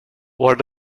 what